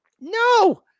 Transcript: No